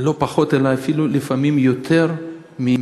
לא פחות אלא אפילו לפעמים יותר מהאשכנזים,